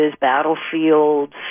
battlefields